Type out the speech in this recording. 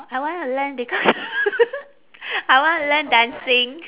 I wanna learn because I wanna learn dancing